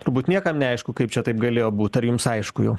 turbūt niekam neaišku kaip čia taip galėjo būt ar jums aiškujau